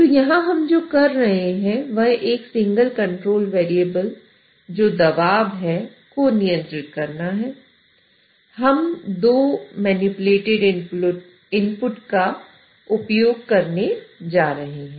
तो यहां हम जो कर रहे हैं वह एक सिंगल कंट्रोल वेरिएबल का उपयोग करने जा रहे हैं